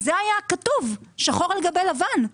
זה היה כתוב שחור על גבי לבן.